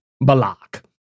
Balak